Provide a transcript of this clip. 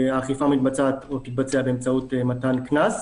האכיפה מתבצעת או תתבצע באמצעות הטלת קנס.